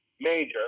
major